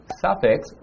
suffix